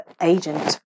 agent